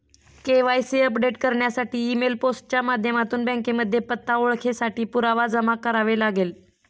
KYC update करण्यासाठी email, post च्या माध्यमातून बँकेमध्ये पत्ता, ओळखेसाठी पुरावा जमा करावे लागेल